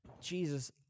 Jesus